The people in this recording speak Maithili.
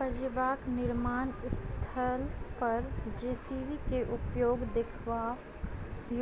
पजेबाक निर्माण स्थल पर जे.सी.बी के उपयोग देखबा